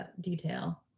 detail